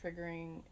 triggering